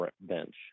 bench